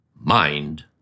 mind